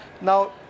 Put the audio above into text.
Now